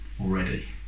already